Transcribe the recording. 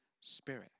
Spirit